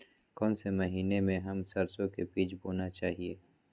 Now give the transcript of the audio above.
कौन से महीने में हम सरसो का बीज बोना चाहिए?